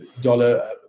dollar